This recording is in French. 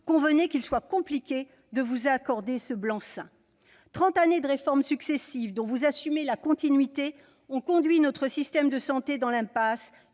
convenez qu'il est compliqué de vous accorder ce blanc-seing. Trente années de réformes successives, dont vous assumez la continuité, ont conduit notre système de santé dans l'impasse.